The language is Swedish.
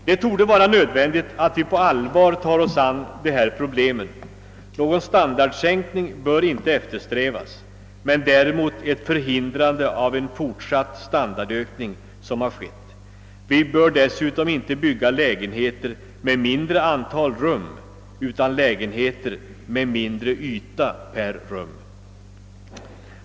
Det torde vara nödvändigt att vi på allvar tar oss an de här problemen. Någon standardsänkning bör inte eftersträvas, men däremot bör man motverka en fortsatt standardökning. Vi bör dessutom bygga, inte lägenheter med mindre antal rum, utan lägenheter med mindre yta per rum.